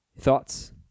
Thoughts